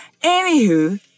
Anywho